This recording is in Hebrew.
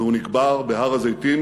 והוא נקבר בהר-הזיתים,